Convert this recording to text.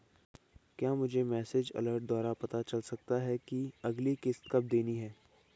क्या मुझे message alert द्वारा पता चल सकता कि अगली किश्त कब देनी है?